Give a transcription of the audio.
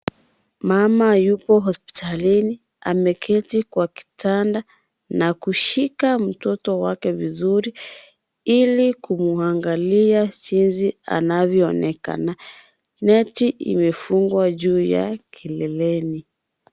Mama yupo hospitalini. Ameketi kwa kitanda na kushika mtoto wake vizuri. Ili kumuangalia jinsi anavyoonekana. Neti imefungwa juu ya kileleni.